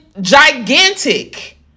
gigantic